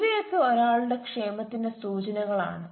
ഇവയൊക്കെ ഒരാളുടെ ക്ഷേമത്തിന്റെ സൂചനകൾ ആണ്